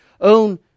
own